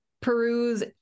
peruse